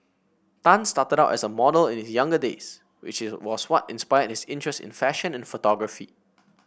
Tan started out as a model in his younger days which is was what inspired his interest in fashion and photography